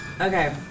Okay